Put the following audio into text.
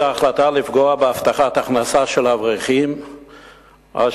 זה ההחלטה לפגוע בהבטחת ההכנסה של האברכים אשר